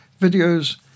videos